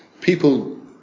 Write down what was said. people